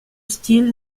style